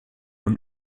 und